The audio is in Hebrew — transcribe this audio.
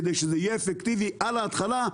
כדי שזה יהיה אפקטיבי על ההתחלה,